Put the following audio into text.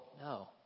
No